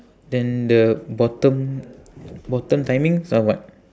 then the bottom bottom timings are what